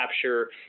capture